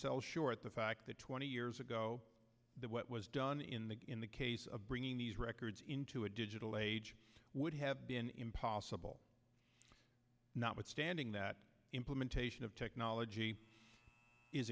sell short the fact that twenty years ago what was done in the in the case of bringing these records into a digital age would have been impossible not withstanding that implementation of technology is